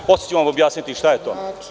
Posle ću vam objasniti šta je to.